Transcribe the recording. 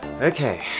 Okay